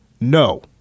no